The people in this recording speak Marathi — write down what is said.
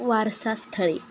वारसास्थळे